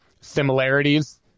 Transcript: similarities